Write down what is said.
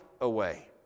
away